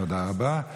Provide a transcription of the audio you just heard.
תודה רבה.